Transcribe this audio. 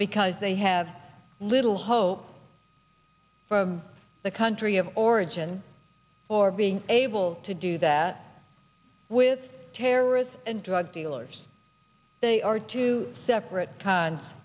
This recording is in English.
because they have little hope for the country of origin or being able to do that with terrorists and drug dealers they are two separate times